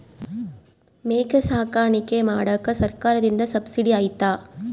ಮೇಕೆ ಸಾಕಾಣಿಕೆ ಮಾಡಾಕ ಸರ್ಕಾರದಿಂದ ಸಬ್ಸಿಡಿ ಐತಾ?